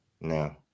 No